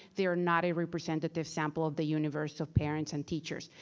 they're not a representative sample of the universe of parents and teachers.